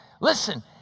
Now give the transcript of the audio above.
listen